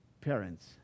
parents